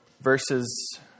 verses